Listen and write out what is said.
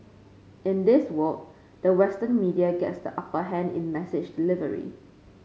in this world the Western media gets the upper hand in message delivery